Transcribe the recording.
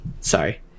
Sorry